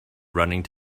running